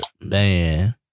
man